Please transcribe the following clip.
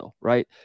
right